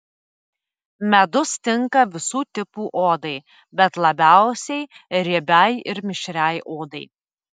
medus tinka visų tipų odai bet labiausiai riebiai ir mišriai odai